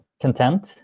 content